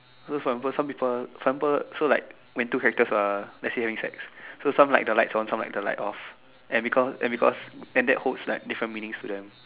so for example so people for example so like when two characters are let's say insects so some like the lights on some like the lights off and because and because and that holds like different meanings to them